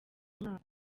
mwaka